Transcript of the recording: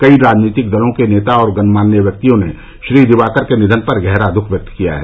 कई राजनीतिक दलों के नेता और गण्यमान्य व्यक्तियों ने श्री दिवाकर के निधन पर गहरा दुख व्यक्त किया है